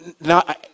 now